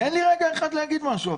תן לי רגע אחד להגיד משהו.